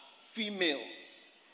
females